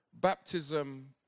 baptism